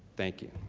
thank you.